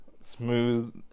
smooth